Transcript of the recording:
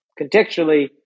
contextually